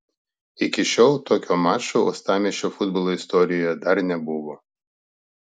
iki šiol tokio mačo uostamiesčio futbolo istorijoje dar nebuvo